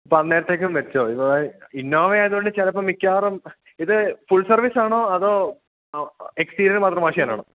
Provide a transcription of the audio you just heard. അപ്പോള് അന്നേരത്തേക്ക് വെച്ചോളൂ ഇന്നോവയായതുകൊണ്ട് ചിലപ്പോള് മിക്കവാറും ഇത് ഫുൾ സർവ്വീസാണോ അതോ എക്സ്റ്റീരിയർ മാത്രം വാഷ് ചെയ്യാനാണോ